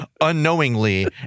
unknowingly